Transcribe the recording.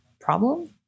problem